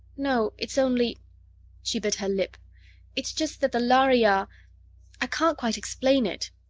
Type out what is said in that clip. no, it's only she bit her lip it's just that the lhari are i can't quite explain it.